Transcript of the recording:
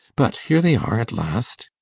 but here they are at last.